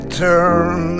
turn